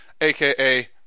aka